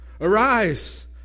Arise